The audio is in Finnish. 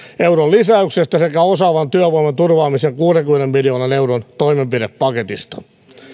euron lisäyksestä sekä osaavan työvoiman turvaamisen kuudenkymmenen miljoonan euron toimenpidepaketista